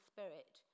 Spirit